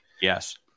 Yes